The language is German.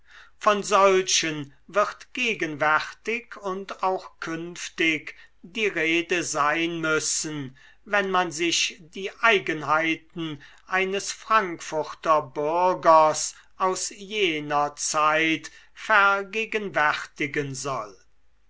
von solchen wird gegenwärtig und auch künftig die rede sein müssen wenn man sich die eigenheiten eines frankfurter bürgers aus jener zeit vergegenwärtigen soll